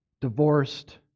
Divorced